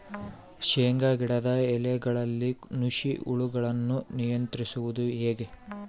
ಶೇಂಗಾ ಗಿಡದ ಎಲೆಗಳಲ್ಲಿ ನುಷಿ ಹುಳುಗಳನ್ನು ನಿಯಂತ್ರಿಸುವುದು ಹೇಗೆ?